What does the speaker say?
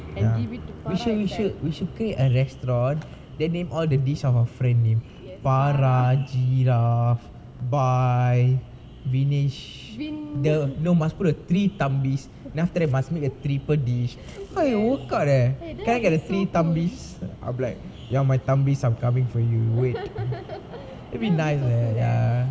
ya we should we should we should create a restaurant then name all the dish our friends' name farah jirav bai vinesh no no must put the three thambis then after that must put the triple dish hey work out eh can I get the three thambis I'll be like ya my thambis are coming for you wait it'll be nice uh ya